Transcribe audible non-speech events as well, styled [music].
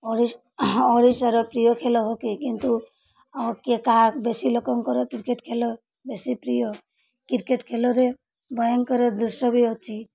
[unintelligible] ଓଡ଼ିଶାର ପ୍ରିୟ ଖେଳ ହକି କିନ୍ତୁ ଆଉ କିଏ କାହା ବେଶୀ ଲୋକଙ୍କର କ୍ରିକେଟ ଖେଳ ବେଶୀ ପ୍ରିୟ କ୍ରିକେଟ ଖେଳରେ ଭୟଙ୍କର ଦୃଶ୍ୟ ବି ଅଛି